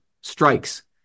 strikes